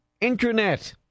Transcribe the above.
Internet